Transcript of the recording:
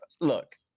look